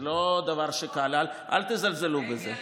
זה לא דבר קל, אל תזלזלו בזה.